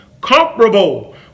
comparable